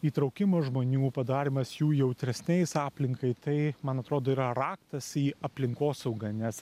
įtraukimas žmonių padarymas jų jautresniais aplinkai tai man atrodo yra raktas į aplinkosaugą nes